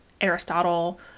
Aristotle